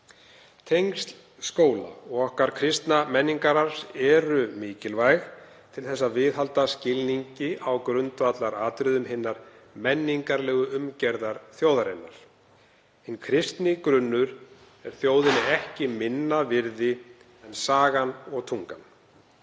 Tengsl skóla og okkar kristna menningararfs eru mikilvæg til þess að viðhalda skilningi á grundvallaratriðum hinnar menningarlegu umgerðar þjóðarinnar. Hinn kristni grunnur er þjóðinni ekki minna virði en sagan og tungan.